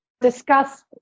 discuss